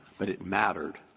but it mattered,